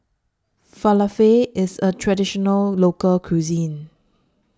Falafel IS A Traditional Local Cuisine